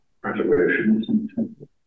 preservation